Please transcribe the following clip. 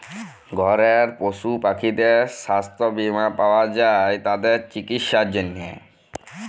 ঘরের পশু পাখিদের ছাস্থ বীমা পাওয়া যায় তাদের চিকিসার জনহে